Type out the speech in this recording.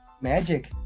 Magic